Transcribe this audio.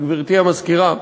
וגברתי המזכירה,